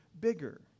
bigger